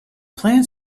planet